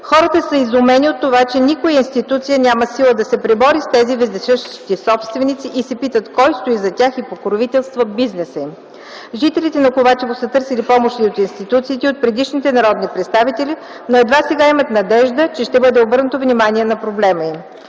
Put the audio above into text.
Хората са изумени от това, че никоя институция няма сила да се пребори с тези вездесъщи собственици и се питат кой стои зад тях и покровителства бизнеса им. Жителите на Ковачево са търсили помощ и от институциите, и от предишни народни представители, но едва сега имат надежда, че ще бъде обърнато внимание на проблема им.